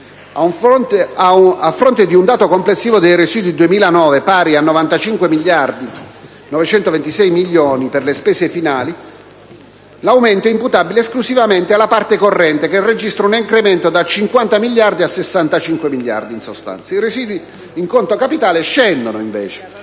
A fronte di un dato complessivo dei residui 2009 pari a 95.926 milioni per le spese finali, l'aumento è imputabile esclusivamente alla parte corrente, che registra un incremento da 50.059 milioni a 65.621 milioni. I residui in conto capitale scendono invece